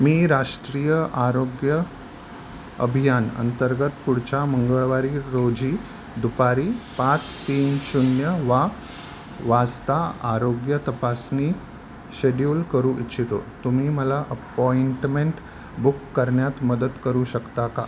मी राष्ट्रीय आरोग्य अभियानाअंतर्गत पुढच्या मंगळवारी रोजी दुपारी पाच तीन शून्य वा वासता आरोग्य तपासणी शेड्यूल करू इच्छितो तुम्ही मला अप्पॉइंटमेंट बुक करण्यात मदत करू शकता का